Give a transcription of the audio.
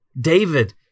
David